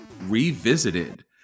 Revisited